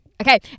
Okay